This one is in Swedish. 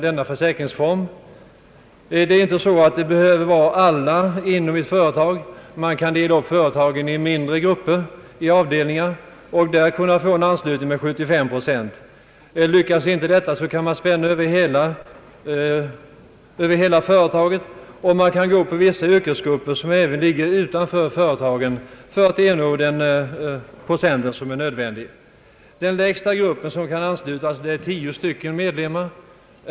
Alla inom ett företag behöver inte vara anslutna, utan de kan delas upp i mindre grupper eller avdelningar, men inom de grupperna etc. måste anslutningen vara 75-procentig. Kan man inte få en sådan anslutning, kan man spänna över hela företaget eller ta med vissa yrkesgrupper utanför företaget för att ernå den procent som är nödvändig. Den minsta grupp som kan anslutas skall dock ha tio medlemmar.